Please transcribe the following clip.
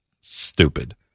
Stupid